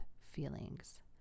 feelings